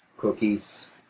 Cookies